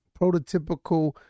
prototypical